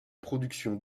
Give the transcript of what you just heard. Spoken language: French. production